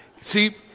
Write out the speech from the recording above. See